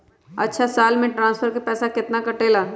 अछा साल मे ट्रांसफर के पैसा केतना कटेला?